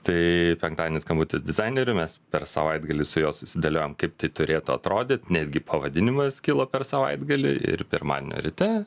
tai penktadienį skambutis dizaineriui mes per savaitgalį su juo susidėliojom kaip tai turėtų atrodyt netgi pavadinimas kilo per savaitgalį ir pirmadienio ryte